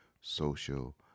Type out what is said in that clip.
social